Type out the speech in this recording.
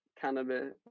cannabis